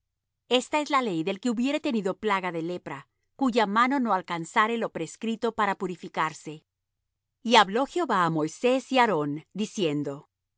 esta es la ley del que hubiere tenido plaga de lepra cuya mano no alcanzare lo prescrito para purificarse y habló jehová á moisés y á aarón diciendo